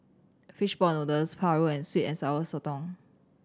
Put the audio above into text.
fish ball noodles paru and sweet and Sour Sotong